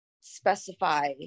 specify